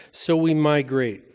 so we migrate,